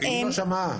היא לא שמעה.